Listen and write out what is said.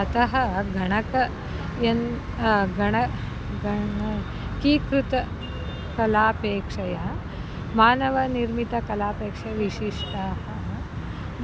अतः गणकयन्त्रं गण गणकीकृतकलापेक्षया मानवनिर्मितकलापेक्षया विशिष्टः